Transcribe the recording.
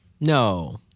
No